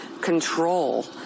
control